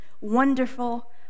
Wonderful